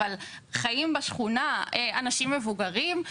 אבל חיים בשכונה אנשים מבוגרים,